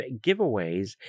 giveaways